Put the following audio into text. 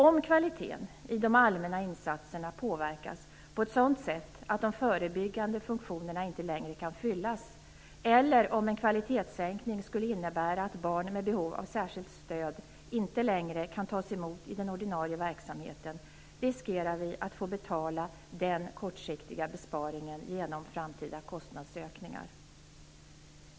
Om kvaliteten i de allmänna insatserna påverkas på ett sådant sätt att de förebyggande funktionerna inte längre kan fyllas, eller om en kvalitetssänkning skulle innebära att barn med behov av särskilt stöd inte längre kan tas emot i den ordinarie verksamheten, riskerar vi att få betala den kortsiktiga besparingen genom framtida kostnadsökningar.